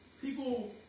people